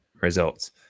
results